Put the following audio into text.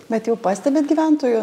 bet jau pastebit gyventojų